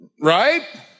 right